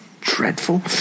dreadful